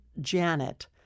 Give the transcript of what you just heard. Janet